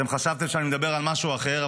אתם חשבתם שאני מדבר על משהו אחר,